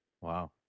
wow